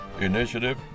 initiative